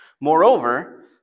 Moreover